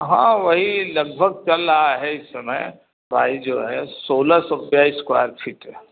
हाँ वही लगभग चल रहा है इस समय प्राइज जो है सोलह सौ रूपये स्क्वायर फीट है